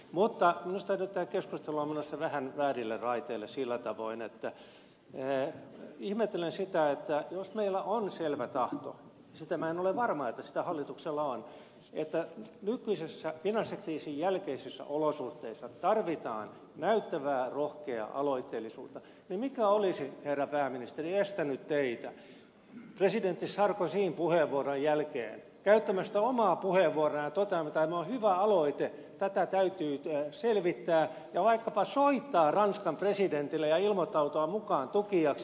mutta minusta tämä keskustelu on nyt menossa vähän väärille raiteille sillä tavoin että ihmettelen sitä että jos meillä on selvä tahto siitä minä en ole varma että sitä hallituksella on että nykyisissä finanssikriisin jälkeisissä olosuhteissa tarvitaan näyttävää rohkeaa aloitteellisuutta niin mikä olisi herra pääministeri estänyt teitä presidentti sarkozyn puheenvuoron jälkeen käyttämästä omaa puheenvuoroa ja toteamasta että tämä on hyvä aloite tätä täytyy selvittää ja vaikkapa soittamasta ranskan presidentille ja ilmoittautumasta mukaan tukijaksi